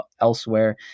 elsewhere